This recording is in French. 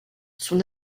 son